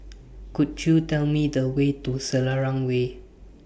Could YOU Tell Me The Way to Selarang Way